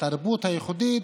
התרבות הייחודית,